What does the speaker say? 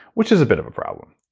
which is a bit of a problem